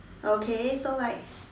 okay so like